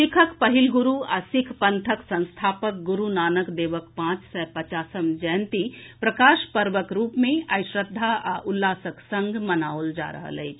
सिखक पहिल गुरू आ सिख पंथक संस्थापक गुरू नानक देवक पांच सय पचासम जयंती प्रकाशपर्वक रूप मे आइ श्रद्धा आ उल्लासक संग मनाओल जा रहल अछि